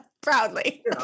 Proudly